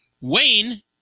Wayne